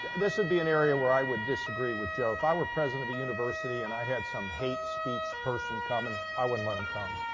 this would be an area where i would disagree with joe. if i were president of a university and i had some hate speech person coming and i wouldn't let them come.